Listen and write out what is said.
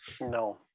No